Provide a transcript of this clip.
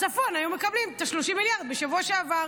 בצפון היו מקבלים את 30 המיליארד בשבוע שעבר.